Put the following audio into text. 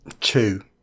Two